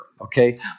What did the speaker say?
okay